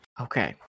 okay